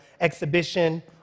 exhibition